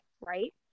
right